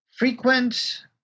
Frequent